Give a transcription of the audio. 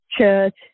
church